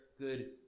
good